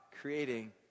creating